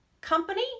Company